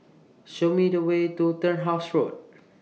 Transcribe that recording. Show Me The Way to Turnhouse Road